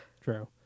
True